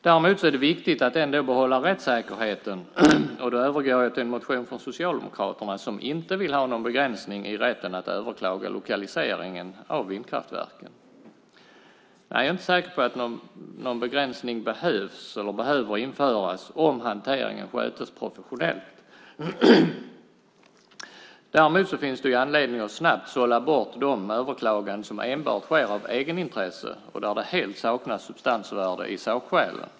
Däremot är det viktigt att ändå behålla rättssäkerheten, och då övergår jag till en motion från Socialdemokraterna som inte vill ha någon begränsning i rätten att överklaga lokaliseringen av vindkraftverk. Nej, jag är inte heller säker på att någon begränsning behöver införas om hanteringen sköts professionellt. Däremot finns det anledning att snabbt sålla bort de överklaganden som enbart sker av egenintresse och där det helt saknas substansvärde i sakskälen.